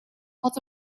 had